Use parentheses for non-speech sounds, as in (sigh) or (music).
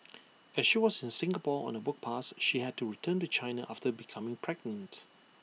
(noise) as she was in Singapore on A work pass she had to return to China after becoming pregnant